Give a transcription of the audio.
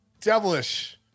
devilish